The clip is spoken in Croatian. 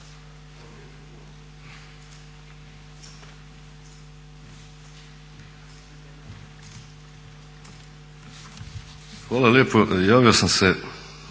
Hvala lijepo.